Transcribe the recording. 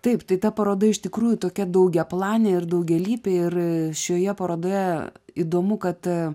taip tai ta paroda iš tikrųjų tokia daugiaplanė ir daugialypė ir šioje parodoje įdomu kad a